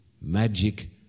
magic